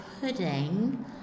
pudding